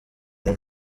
umwe